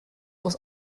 aus